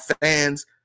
fans